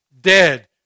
dead